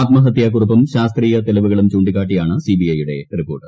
ആത്മഹത്യാക്കുറിപ്പും ശാസ്ത്രീയ തെളിവുകളും ചൂണ്ടിക്കാട്ടിയാണ് സിബിഐ യുടെ റിപ്പോർട്ട്